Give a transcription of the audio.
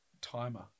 timer